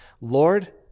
Lord